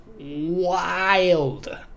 wild